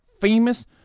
famous